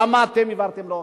למה העברתם את החוק.